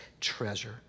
treasure